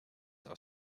are